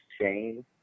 shame